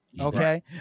okay